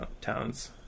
towns